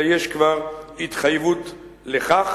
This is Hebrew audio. אלא יש כבר התחייבות לכך.